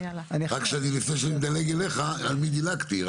רק לפני שאני מדלג אליך, על מי דילגתי?